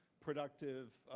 productive,